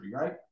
right